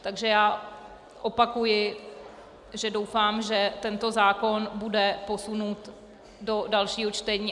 Takže já opakuji, že doufám, že tento zákon bude posunut do dalšího čtení.